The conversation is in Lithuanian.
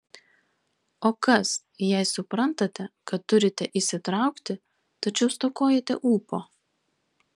o kas jei suprantate kad turite įsitraukti tačiau stokojate ūpo